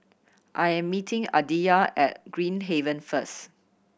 I am meeting Aditya at Green Haven first